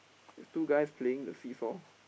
there's two guys playing the seesaw